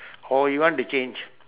or you want to change